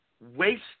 waste